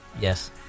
Yes